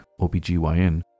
OBGYN